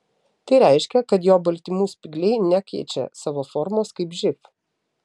tai reiškia kad jo baltymų spygliai nekeičia savo formos kaip živ